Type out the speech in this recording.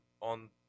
on